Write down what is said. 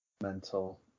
mental